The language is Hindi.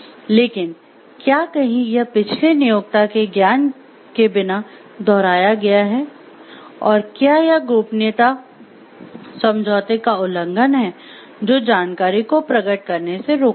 लेकिन क्या कहीं यह पिछले नियोक्ता के ज्ञान के बिना दोहराया गया है और क्या यह गोपनीयता समझौते का उल्लंघन है जो जानकारी को प्रकट करने से रोकता है